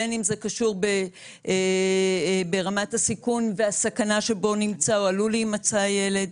בין אם זה קשור ברמת הסיכון והסכנה שבו נמצא או עלול להימצא הילד.